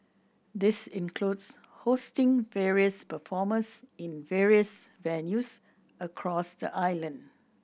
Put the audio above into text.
this includes hosting various performers in various venues across the island